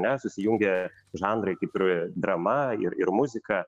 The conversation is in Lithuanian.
ne susijungė žanrai kaip ir drama ir ir muzika